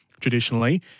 traditionally